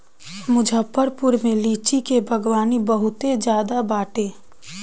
मुजफ्फरपुर में लीची के बगानी बहुते ज्यादे बाटे